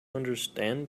understand